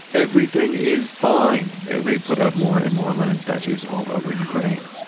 everything is fine, as they put up more and more lenin statues all over ukraine.